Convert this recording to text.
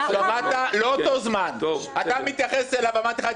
אתה מתייחס אליו אמרתי לך את זה בפעם